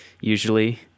usually